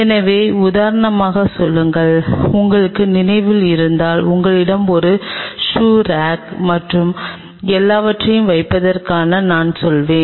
எனவே உதாரணமாக சொல்லுங்கள் உங்களுக்கு நினைவில் இருந்தால் உங்களிடம் ஒரு ஷூ ரேக் மற்றும் எல்லாவற்றையும் வைத்திருப்பதாக நான் சொன்னேன்